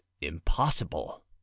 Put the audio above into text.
impossible